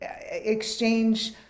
exchange